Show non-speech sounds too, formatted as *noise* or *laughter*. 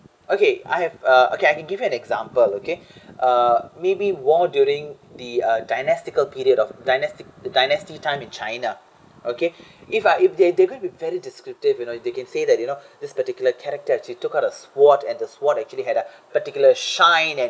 okay I have uh okay I can give you an example okay uh maybe war during the uh dynastical period of dynastic dynasty time in china okay if uh if they they're going to be very descriptive you know they can say that you know this particular characters actually took out a sword and the sword actually had a *breath* particular shine and